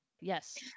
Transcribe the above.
Yes